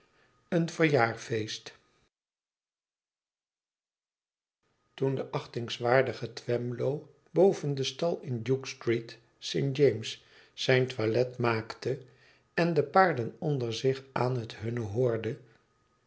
een verjaarfeest toen de acbtingswaardige twemlow boven den stal in duke street st james zijn toilet maakte en de paarden onder zich aan het hunne hoorde